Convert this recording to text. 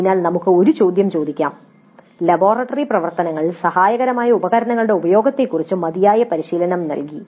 അതിനാൽ നമുക്ക് ഒരു ചോദ്യം ചോദിക്കാം "ലബോറട്ടറി പ്രവർത്തനങ്ങളിൽ സഹായകരമായ ഉപകരണങ്ങളുടെ ഉപയോഗത്തെക്കുറിച്ച് മതിയായ പരിശീലനം നൽകി